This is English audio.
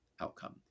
outcome